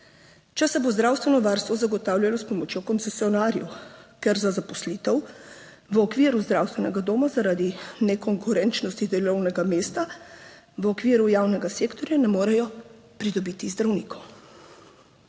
če se bo zdravstveno varstvo zagotavljalo s pomočjo koncesionarjev, ker za zaposlitev v okviru zdravstvenega doma zaradi nekonkurenčnosti delovnega mesta v okviru javnega sektorja ne morejo pridobiti zdravnikov.